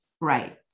Right